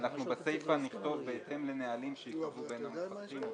ואנחנו בסיפה נכתוב: בהתאם לנהלים שייקבעו בין המפקחים,